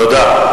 תודה.